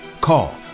Call